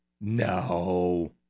No